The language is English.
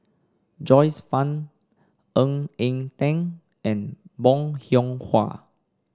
Joyce Fan Ng Eng Teng and Bong Hiong Hwa